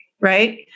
right